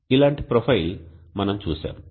ఇలాంటి ప్రొఫైల్ మనం చూశాము